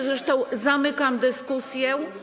Zresztą zamykam dyskusję.